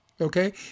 Okay